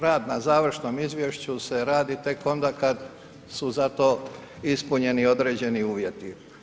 Rad na završnom izvješću se radi tek onda kad su za to ispunjeni određeni uvjeti.